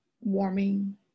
warming